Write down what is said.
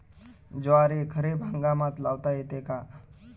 ज्वारी खरीप हंगामात लावता येते का?